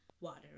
water